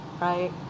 right